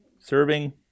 Serving